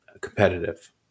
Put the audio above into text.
competitive